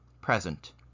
present